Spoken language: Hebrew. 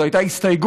זו הייתה הסתייגות.